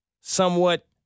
somewhat